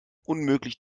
unmöglich